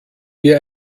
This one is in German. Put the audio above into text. dir